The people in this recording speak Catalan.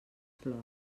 plors